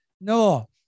No